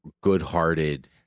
good-hearted